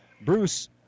Bruce